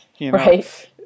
Right